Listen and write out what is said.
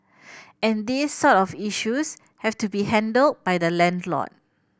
and these sort of issues have to be handled by the landlord